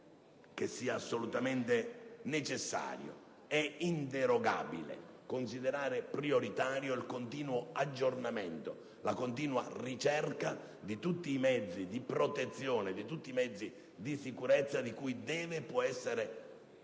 che sia assolutamente necessario e inderogabile considerare prioritario il continuo aggiornamento e la continua ricerca di tutti i mezzi di protezione e di sicurezza di cui deve e può essere dotato